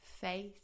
face